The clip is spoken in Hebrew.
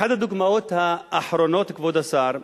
אחת הדוגמאות האחרונות, כבוד השר,